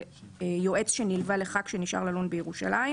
זה יועץ שנלווה לח"כ שנשאר ללון בירושלים.